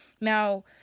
Now